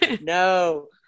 no